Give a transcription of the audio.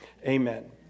amen